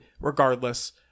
regardless